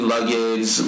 Luggage